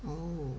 oh